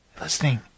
listening